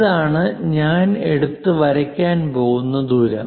ഇതാണ് ഞാൻ എടുത്ത് വരയ്ക്കാൻ പോകുന്ന ദൂരം